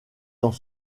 dans